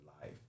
life